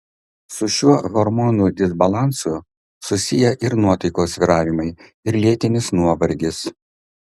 su šiuo hormonų disbalansu susiję ir nuotaikos svyravimai ir lėtinis nuovargis